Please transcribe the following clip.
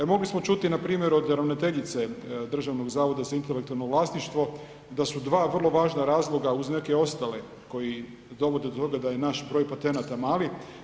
Mogli smo čuti na primjeru od ravnateljice Državnog zavoda za intelektualno vlasništvo, da su dva vrlo važna razloga uz neke ostale koji dovode do toga da je naš broj patenata mali.